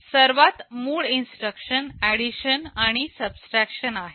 सर्वात मूळ instruction addition आणि सबट्रॅकशन आहे